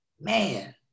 man